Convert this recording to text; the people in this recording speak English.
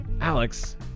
Alex